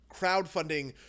crowdfunding